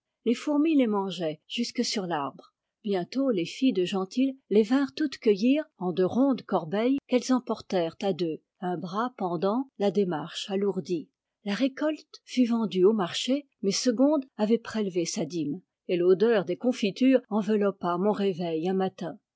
les fourmis les mangeaient jusque sur l'arbre bientôt les filles de gentil les vinrent toutes cueillir en de rondes corbeilles qu'elles emportèrent à deux un bras pendant la démarche alourdie la récolte fut vendue au marché mais segonde avait prélevé sa dîme et l'odeur des confitures enveloppa mon réveil un matin